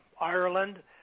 Ireland